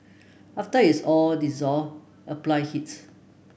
after is all dissolved apply heat